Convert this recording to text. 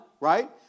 right